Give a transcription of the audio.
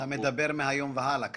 אתה מדבר מהיום והלאה כנראה.